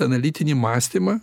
analitinį mąstymą